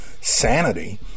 sanity